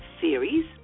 series